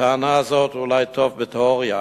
הטענה הזאת אולי טובה בתיאוריה,